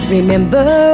Remember